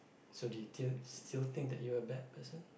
so do you t~ still think that you're a bad person